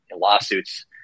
lawsuits –